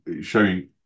showing